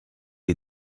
est